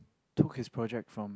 took his project from